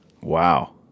Wow